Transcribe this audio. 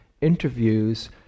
interviews